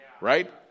Right